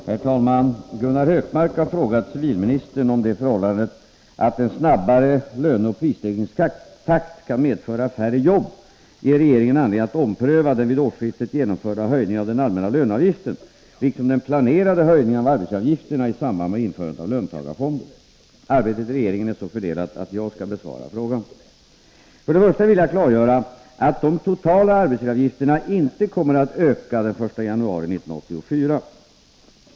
Herr talman! Gunnar Hökmark har frågat civilministern om det förhållandet att en snabbare löneoch prisstegringstakt kan medföra färre jobb ger regeringen anledning att ompröva den vid årsskiftet genomförda höjningen av den allmänna löneavgiften liksom den planerade höjningen av arbetsgivaravgifterna i samband med införandet av löntagarfonder. Arbetet i regeringen är så fördelat att jag skall besvara frågan. För det första vill jag klargöra att de totala arbetsgivaravgifterna inte kommer att öka den 1 januari 1984.